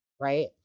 right